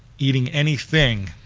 eating anything,